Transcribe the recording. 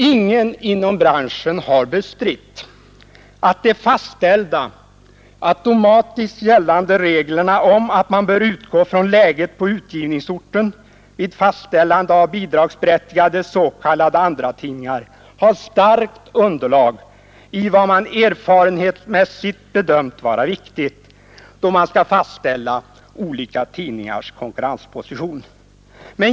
Ingen inom branschen har bestritt att de fastställda, automatiskt gällande reglerna om att man bör utgå från läget på utgivningsorten vid fastställande av bidragsberättigade s.k. andratidningar har starkt underlag i vad man erfarenhetsmässigt bedömt vara viktigt då man skall fastställa olika tidningars konkurrensposition.